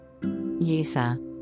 Yisa